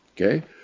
Okay